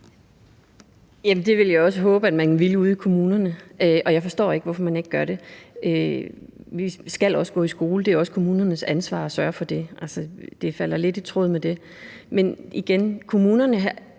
det vil jeg også håbe at man vil ude i kommunerne, og jeg forstår ikke, hvorfor man ikke gør det. Vi skal gå i skole, det er også kommunernes ansvar at sørge for det. Det falder lidt i tråd med det. Men igen, kommunerne har